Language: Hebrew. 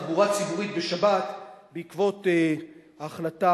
לתחבורה ציבורית בשבת בעקבות ההחלטה